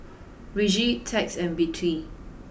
Reggie Tex and Bette